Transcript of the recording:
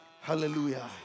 Hallelujah